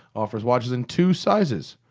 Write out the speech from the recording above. offers watches in two sizes!